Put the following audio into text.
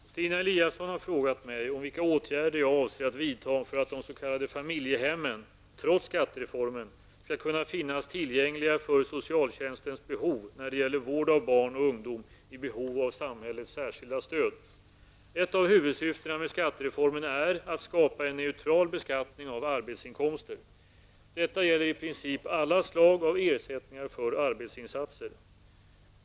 Herr talman! Stina Eliasson har frågat mig om vilka åtgärder jag avser att vidta för att de s.k. familjehemmen -- trots skattereformen -- skall kunna finnas tillgängliga för socialtjänstens behov när det gäller vård av barn och ungdom i behov av samhällets särskilda stöd. Ett av huvudsyftena med skattereformen är att skapa en neutral beskattning av arbetsinkomster. Detta gäller i princip alla slag av ersättningar för arbetsinsatser.